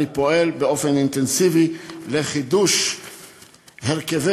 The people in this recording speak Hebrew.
אני פועל באופן אינטנסיבי לחידוש הרכבי